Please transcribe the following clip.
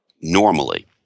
normally